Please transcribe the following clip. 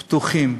פתוחים.